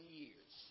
years